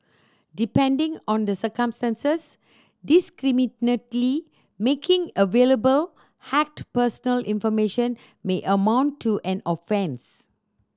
depending on the circumstances making available hacked personal information may amount to an offence